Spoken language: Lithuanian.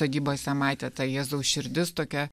sodybose matė ta jėzaus širdis tokia